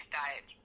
diet